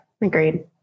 agreed